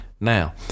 Now